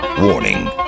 Warning